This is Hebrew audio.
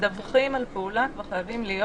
מדווחים על פעולה כבר חייבים להיות